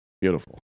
beautiful